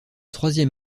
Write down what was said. troisième